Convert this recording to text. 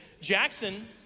Jackson